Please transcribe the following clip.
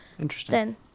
Interesting